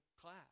class